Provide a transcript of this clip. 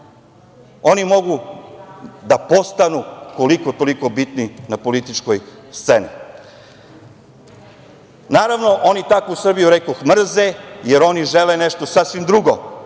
oni mogu da postanu koliko-toliko bitni na političkoj sceni. Naravno, oni takvu Srbiju, rekoh, mrze, jer oni žele nešto sasvim drugo.